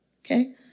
okay